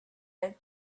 out